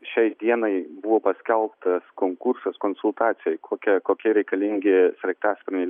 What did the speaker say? šiai dienai buvo paskelbtas konkursas konsultacijoj kokia kokie reikalingi sraigtasparniai